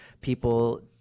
people